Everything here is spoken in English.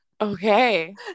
Okay